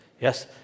yes